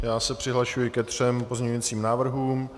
Já se přihlašuji ke třem pozměňujícím návrhům.